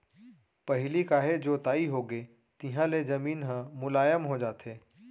पहिली काहे जोताई होगे तिहाँ ले जमीन ह मुलायम हो जाथे